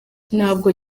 ntabwo